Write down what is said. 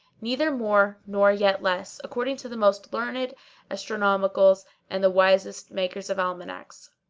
neither more nor yet less, according to the most learned astronomicals and the wisest makers of almanacks.